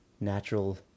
natural